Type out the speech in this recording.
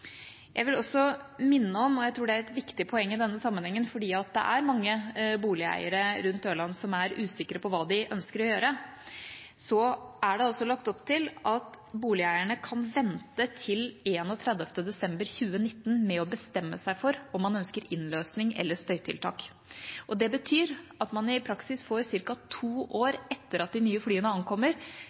Jeg vil også minne om – og jeg tror det er et viktig poeng i denne sammenhengen, fordi det er mange boligeiere rundt Ørland som er usikre på hva de ønsker å gjøre – at det er lagt opp til at boligeierne kan vente til 31. desember 2019 med å bestemme seg for om man ønsker innløsning eller støytiltak. Det betyr at man i praksis får ca. to år etter at de nye flyene